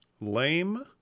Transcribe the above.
Lame